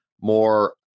more